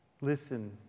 listen